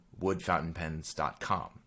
woodfountainpens.com